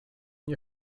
nie